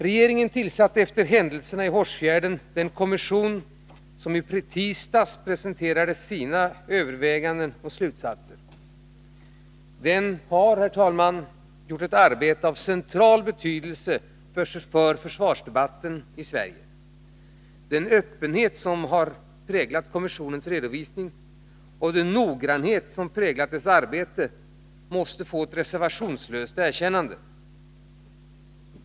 Regeringen tillsatte efter händelserna i Hårsfjärden den kommission som i tisdags presenterade sina överväganden och slutsatser. Den har, herr talman, gjort ett arbete av central betydelse för försvarsdebatten i vårt land. Den öppenhet som präglat kommissionens redovisning och den noggrannhet som präglat dess arbete måste få ett reservationslöst erkännande.